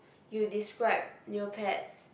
you describe Neopets